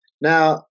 Now